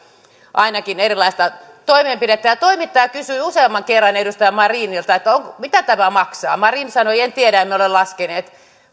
ainakin parikymmentä erilaista toimenpidettä ja ja toimittaja kysyi useamman kerran edustaja marinilta mitä tämä maksaa ja marin sanoi että en tiedä emme ole laskeneet